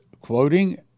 quoting